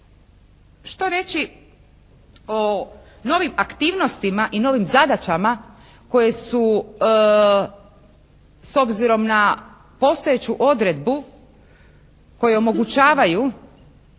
Što reći o novim aktivnostima i novim zadaćama koje su s obzirom na postojeću odredbu koje omogućavaju